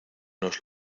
nos